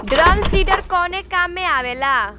Drum seeder कवने काम में आवेला?